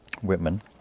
Whitman